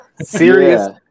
Serious